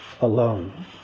alone